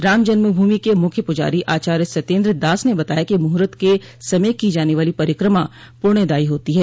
राम जन्मभूमि के मुख्य पुजारी आचार्य सत्येंद्र दास ने बताया कि मुहर्त के समय की जाने वाली परिक्रमा प्ण्यदायी होती है